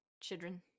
Children